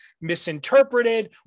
misinterpreted